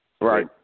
Right